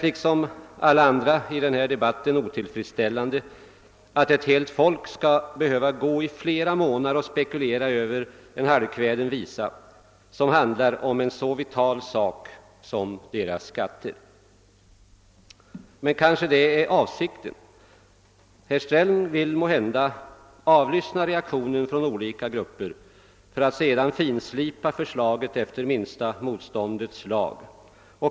Liksom alla andra i denna debatt finner jag det otillfredsställande att ett helt folk i flera månader skall behöva gå och spekulera över en halvkväden visa som handlar om en så vital fråga som dess skatter. Men det är kanske avsikten — herr Sträng vill måhända avlyssna reaktionen från olika grupper för att sedan finslipa förslaget enligt minsta motståndets lag.